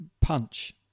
punch